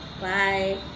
bye